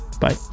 bye